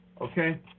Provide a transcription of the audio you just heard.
Okay